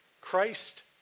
Christ